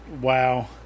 Wow